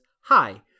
hi